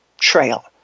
trail